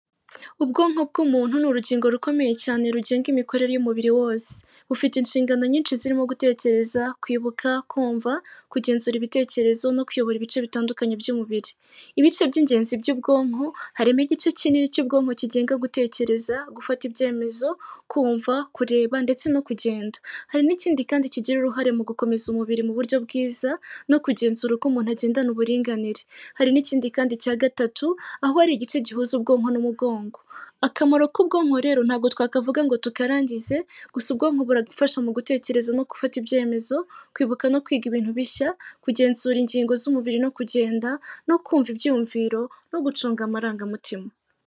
Ubwonko bw'umuntu ni urugingo rukomeye cyane rugenga imikorere y'umubiri wose. Bufite inshingano nyinshi zirimo gutekereza, kwibuka, kumva, kugenzura ibitekerezo no kuyobora ibice bitandukanye by'umubiri. Ibice by'ingenzi by'ubwonko harimo igice kinini cy'ubwonko kigenga gutekereza, gufata ibyemezo, kumva, kureba ndetse no kugenda. Hari n'ikindi kandi kigira uruhare mu gukomeza umubiri mu buryo bwiza no kugenzura uko umuntu agendana uburinganire. Hari n'ikindi kandi cya gatatu, aho ari igice gihuza ubwonko n'umugongo. Akamaro k'ubwonko rero, ntago twakavuga ngo tukarangize, gusa ubwonko buradufasha mu gutekereza no gufata ibyemezo, kwibuka no kwiga ibintu bishya, kugenzura ingingo z'umubiri no kugenda no kumva ibyiyumviro no gucunga amarangamutima.